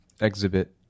exhibit